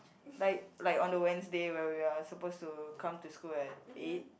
like like on a Wednesday where we are supposed to come to school at eight